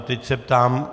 Teď se ptám.